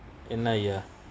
என்னையா:ennaiyaa